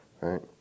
right